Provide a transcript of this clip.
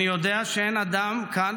אני יודע שאין אדם כאן,